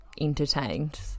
entertained